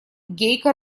гейка